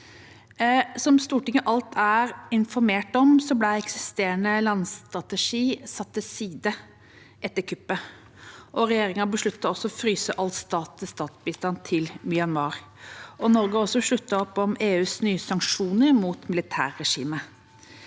Som Stortinget allerede er informert om, ble den eksisterende landstrategien satt til side etter kuppet, og regjeringen besluttet også å fryse all stat-til-stat-bistand til Myanmar. Norge sluttet også opp om EUs nye sanksjoner mot militærregimet.